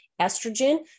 estrogen